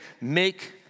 make